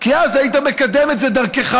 כי אז הייתי מקדם את זה דרכך,